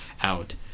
out